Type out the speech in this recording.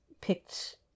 picked